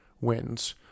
wins